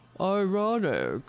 ironic